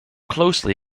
closely